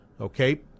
Okay